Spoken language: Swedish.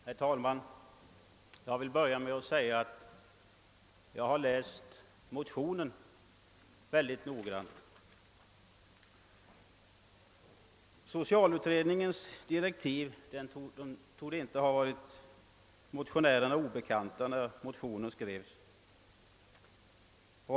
Herr talman! Jag vill börja med att säga att jag har läst motionen II:997 mycket noggrant. Socialutredningens direktiv torde inte ha varit motionärerna obekanta när motionen skrevs.